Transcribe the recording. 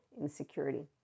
insecurity